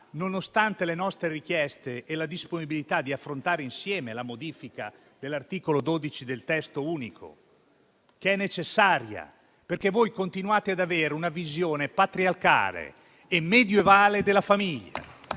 nonostante le nostre richieste e la nostra disponibilità ad affrontare insieme la modifica dell'articolo 12 del testo unico delle imposte sui redditi, che è necessaria. Voi continuate ad avere una visione patriarcale e medievale della famiglia.